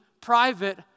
private